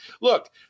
Look